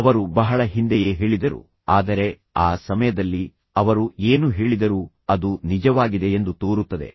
ಅವರು ಬಹಳ ಹಿಂದೆಯೇ ಹೇಳಿದರು ಆದರೆ ಆ ಸಮಯದಲ್ಲಿ ಅವರು ಏನು ಹೇಳಿದರೂ ಅದು ನಿಜವಾಗಿದೆ ಎಂದು ತೋರುತ್ತದೆ